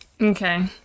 Okay